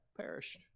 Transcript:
perished